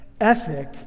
ethic